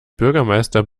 bürgermeister